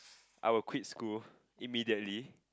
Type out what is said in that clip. I will quit school immediately